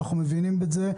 אנחנו מבינים את זה,